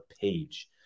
page